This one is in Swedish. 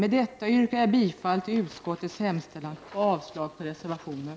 Med detta yrkar jag bifall till utskottets hemställan och avslag på reservationen.